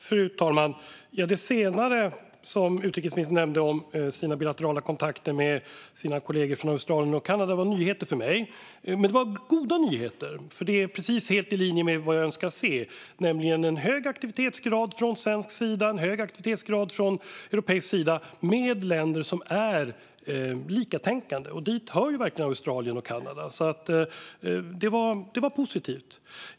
Fru talman! Det senare som utrikesministern nämnde vad gäller sina bilaterala kontakter med kollegor från Australien och Kanada var nyheter för mig. Det var goda nyheter som ligger helt i linje med vad jag önskar se, nämligen en hög aktivitetsgrad från såväl svensk som europeisk sida med länder som är likatänkande. Dit hör verkligen Australien och Kanada. Detta var positivt.